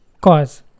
cause